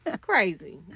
Crazy